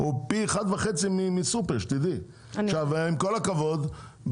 פי אחד וחצי מסופר עם כל הכבוד,